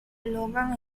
logan